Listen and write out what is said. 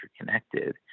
interconnected